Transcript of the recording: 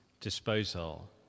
disposal